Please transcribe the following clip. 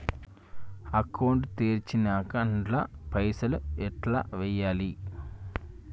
Account తెరిచినాక అండ్ల పైసల్ ఎట్ల వేయాలే?